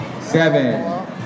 seven